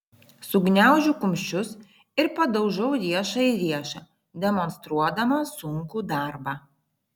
sugniaužiu kumščius ir padaužau riešą į riešą demonstruodama sunkų darbą